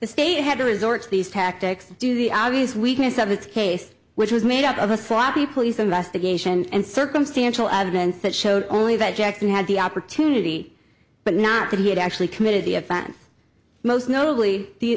state had to resort to these tactics do the obvious weakness of its case which was made up of a sloppy police investigation and circumstantial evidence that showed only that jackson had the opportunity but not that he had actually committed the offense most notably the